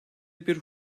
bir